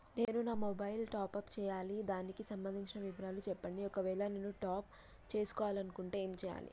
నేను నా mobile top up చేయాలి దానికి సంబంధించిన వివరాలు చెప్పండి ఒకవేళ నేను టాప్ చేసుకోవాలనుకుంటే ఏం చేయాలి?